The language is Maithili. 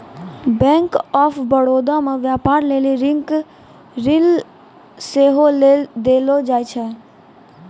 बैंक आफ बड़ौदा मे व्यपार लेली ऋण सेहो देलो जाय छै